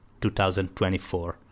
2024